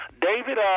David